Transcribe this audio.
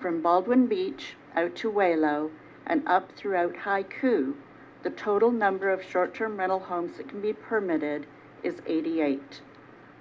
from baldwin beach to way low and up throughout haiku the total number of short term rental homes that can be permitted is eighty eight